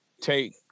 take